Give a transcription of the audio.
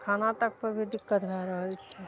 खाना तक पर भी दिक्कत भए रहल छै